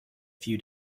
few